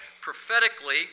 prophetically